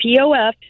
POF